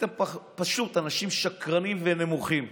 אתם פשוט אנשים שקרנים ונמוכים.